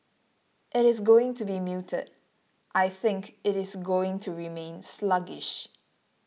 it is going to be muted I think it is going to remain sluggish